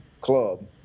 club